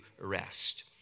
rest